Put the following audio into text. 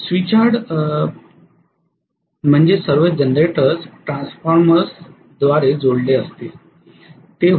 switch yard म्हणजे सर्व generators ट्रान्सफॉर्मरद्वारे जोडले जातील